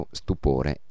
stupore